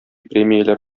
премияләр